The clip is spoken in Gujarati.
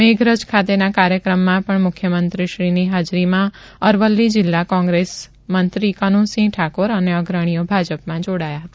મેઘરાજ ખાતેના કાર્યક્રમમાં પણ મુખ્યમંત્રીની હાજરીમાં અરવલ્લી જિલ્લા કોંગ્રેસ મંત્રી કન્ડ્સિંહ ઠાકોર અને અગ્રણીઓ ભાજપમાં જોડાયા હતા